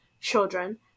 children